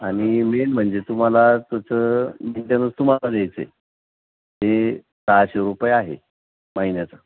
आणि मेन म्हणजे तुम्हाला तसं मेंटेनस तुम्हाला द्यायचं आहे ते सहाशे रुपये आहे महिन्याचं